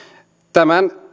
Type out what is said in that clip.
tämän